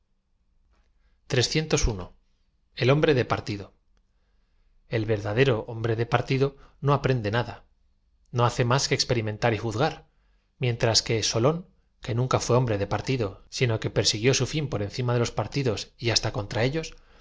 l hombre d t partido el verdadero hombre de partido no aprende nada do hace más que experimentar y juzgar mientras que solón que nunca fué hombre de partido sino que persiguió su fin por encima de los partidos y hasta contra ellos